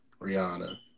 Rihanna